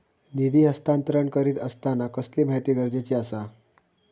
निधी हस्तांतरण करीत आसताना कसली माहिती गरजेची आसा?